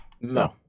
no